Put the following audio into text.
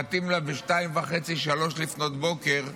מתאים לה ב-02:30, 03:00,